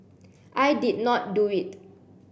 I did not do it